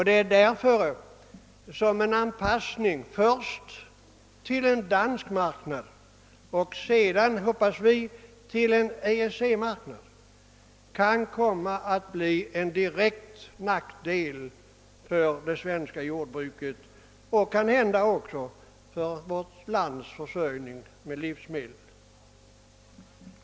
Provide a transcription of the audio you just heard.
Det är därför som en anpassning först till dansk marknad och sedan, som vi hoppas, till EEC marknad kan komma att bli en direkt nackdel för det svenska jordbruket och kanhända också för vårt lands försörjning med livsmedel.